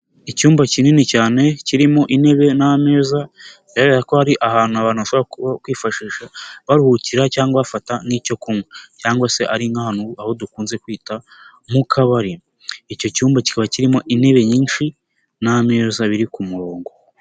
Icyumba kinini cyane kirimo intebe n'ameza bigaragara ko ari ahantu abantu kwifashisha baruhukira cyangwa bafata nk'icyo kunywa, cyangwa se ari nk'ahantu aho dukunze kwita mu kabari. Icyo cyumba kikaba kirimo intebe nyinshi n'ameza biri ku murongo.